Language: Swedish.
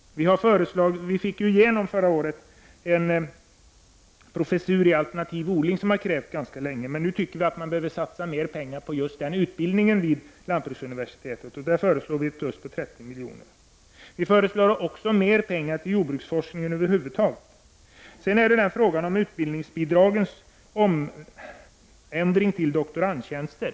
Vi i centerpartiet fick förra året igenom den professur i alternativ odling som vi krävt ganska länge. Vi anser att man nu bör satsa mer pengar på just den utbildningen vid lantbruksuniversitetet. Vi föreslår därför att anslaget ökas med 30 milj.kr. Centerpartiet föreslår att mer pengar skall ges till jordbruksforskningen över huvud taget. Sedan till frågan om omvandlingen av utbildningsbidragen till doktorandtjänster.